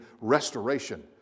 restoration